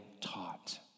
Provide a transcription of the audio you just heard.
taught